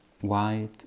white